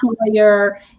employer